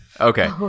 okay